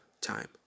time